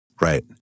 Right